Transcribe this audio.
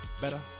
better